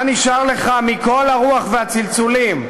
מה נשאר לך מכל הרוח והצלצולים?